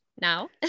now